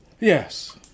yes